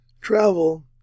travel